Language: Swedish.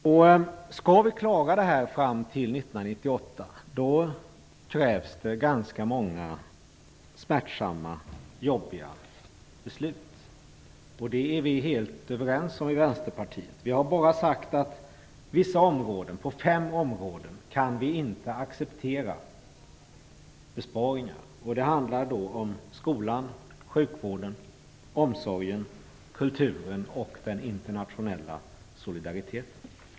Om vi skall klara det här fram till 1998 krävs det ganska många smärtsamma och jobbiga beslut. Om detta är vi i Vänsterpartiet helt överens. Vi har bara sagt att vi på fem områden inte kan acceptera besparingar: skolan, sjukvården, omsorgen, kulturen och den internationella solidariteten.